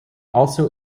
also